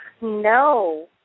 No